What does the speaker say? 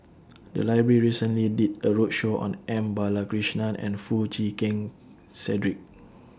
The Library recently did A roadshow on M Balakrishnan and Foo Chee Keng Cedric